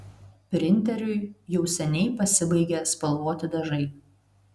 printeriui jau seniai pasibaigė spalvoti dažai